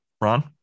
Ron